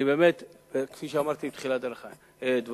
אני באמת, כפי שאמרתי בתחילת דברי,